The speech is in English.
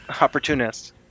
opportunist